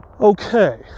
okay